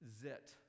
zit